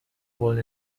wollen